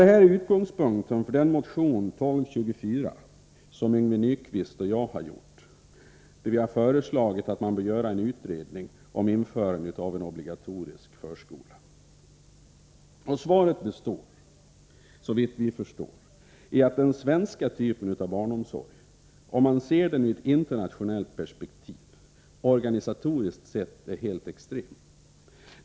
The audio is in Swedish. Detta är utgångspunkten för motion 1224, som Yngve Nyquist och jag har väckt i frågan, där vi har föreslagit att man bör göra en utredning om införandet av en obligatorisk förskola. Svaret består, såvitt vi förstår, i att den svenska typen av barnomsorg, om man ser den i ett internationellt perspektiv, organisatoriskt sett är helt extrem.